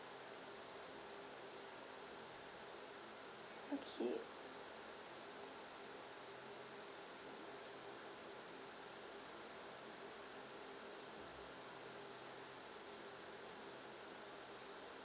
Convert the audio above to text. okay